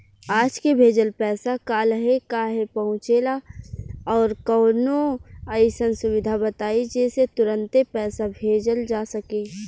आज के भेजल पैसा कालहे काहे पहुचेला और कौनों अइसन सुविधा बताई जेसे तुरंते पैसा भेजल जा सके?